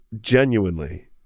genuinely